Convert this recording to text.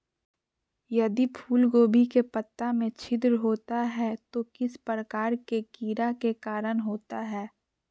यदि फूलगोभी के पत्ता में छिद्र होता है तो किस प्रकार के कीड़ा के कारण होता है?